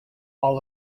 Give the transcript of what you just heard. all